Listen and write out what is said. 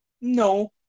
No